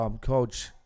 Coach